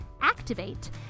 activate